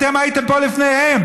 אתם הייתם פה לפניהם.